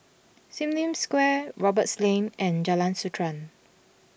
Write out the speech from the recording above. Sim Lim Square Roberts Lane and Jalan Sultan